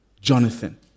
Jonathan